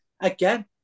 Again